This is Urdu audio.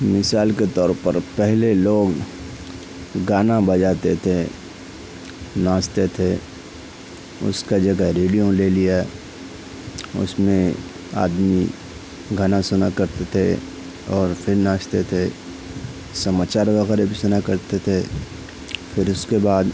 مثال کے طور پر پہلے لوگ گانا بجاتے تھے ناچتے تھے اس کا جگہ ریڈیوں لے لیا اس میں آدمی گانا سنا کرتے تھے اور پھر ناچتے تھے سماچار وغیرہ بھی سنا کرتے تھے پھر اس کے بعد